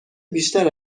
بیشتر